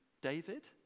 David